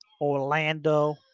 Orlando